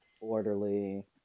orderly